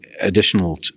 additional